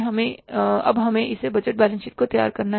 हमें अब हमें इस बैलेंस शीट को तैयार करना है